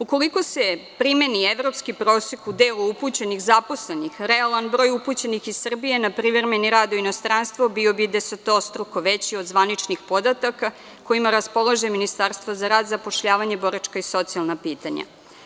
Ukoliko se primeni evropski prosek u delu upućenih zaposlenih, realan broj upućenih iz Srbije na privremeni rad u inostranstvo bio bi desetostruko veći od zvaničnih podataka kojima raspolaže Ministarstvo za rad, zapošljavanje, boračka i socijalna pitanja.